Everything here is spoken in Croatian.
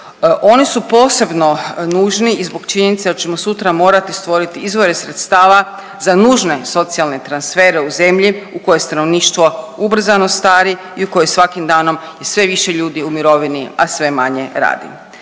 Oni su posebno nužni i zbog činjenice da ćemo sutra morati stvoriti izvore sredstava za nužne socijalne transfere u zemlji u kojoj stanovništvo ubrzano stari i u kojoj je svakim danom i sve više ljudi u mirovini, a sve manje radi.